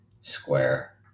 square